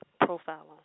profile